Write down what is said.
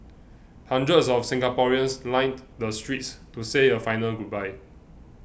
hundreds of Singaporeans lined the streets to say a final goodbye